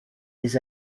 les